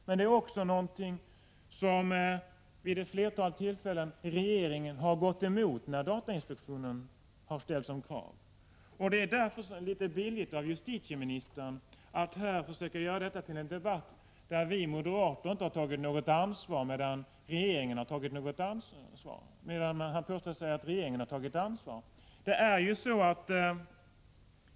Men regeringen har vid ett flertal tillfällen gått emot datainspektionens krav. Därför är det litet billigt av justitieministern att försöka göra detta till en debatt, där vi moderater inte har tagit något ansvar medan regeringen har gjort det.